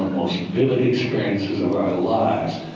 vivid experiences of our lives.